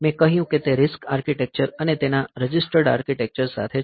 મેં કહ્યું કે તે RISC આર્કિટેક્ચર અને તેના રજિસ્ટર્ડ આર્કિટેક્ચર સાથે છે